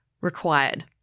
required